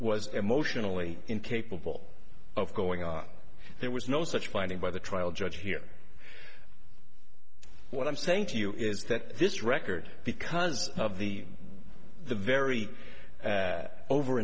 was emotionally incapable of going on there was no such binding by the trial judge here what i'm saying to you is that this record because of the the very over